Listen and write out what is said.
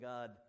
God